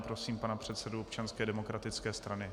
Prosím pana předsedu Občanské demokratické strany.